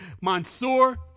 Mansoor